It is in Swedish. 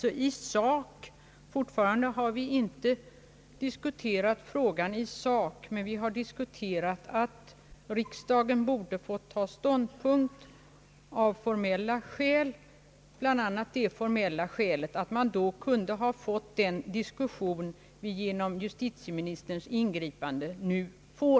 Fortfarande gäller att vi i konstitutionsutskottet inte diskuterat frågan i sak, men vi har sagt att riksdagen borde få ta ståndpunkt av formella skäl, bl.a. det formella skälet att man då kunde ha fått den diskussion som vi genom justitieministerns ingripande nu får.